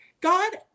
God